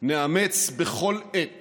נאמץ בכל עת